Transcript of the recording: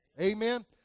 amen